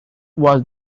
was